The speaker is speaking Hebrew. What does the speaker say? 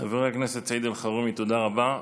חבר הכנסת סעיד אלחרומי, תודה רבה.